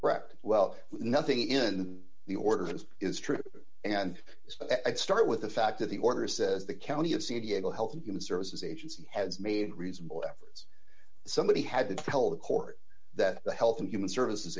wrecked well nothing in the order and it is true and i start with the fact that the order is says the county of san diego health and human services agency has made reasonable efforts somebody had to tell the court that the health and human services